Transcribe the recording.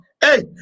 Hey